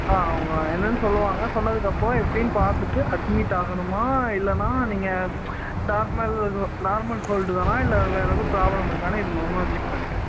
ஆ அவங்க என்னென்னு சொல்லுவாங்க சொன்னதுக்கப்புறம் எப்படின்னு பார்த்துட்டு அட்மிட் ஆகணுமா இல்லைன்னா நீங்கள் நார்மல் நார்மல் கோல்டு தானா இல்லை வேறு எதுவும் ப்ராப்ளம் இருக்கான்னு இது மூலமாக செக் பண்ணிக்கலாம்